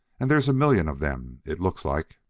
and there's a million of them, it looks like.